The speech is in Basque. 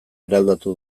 eraldatu